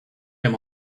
him